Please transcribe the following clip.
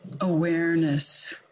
awareness